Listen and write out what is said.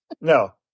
No